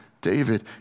David